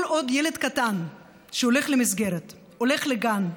כל עוד ילד קטן הולך למסגרת, הולך לגן,